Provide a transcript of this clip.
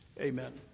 Amen